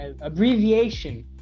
abbreviation